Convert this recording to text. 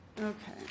okay